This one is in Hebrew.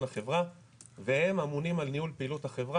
לחברה והם אמונים על ניהול פעילות החברה,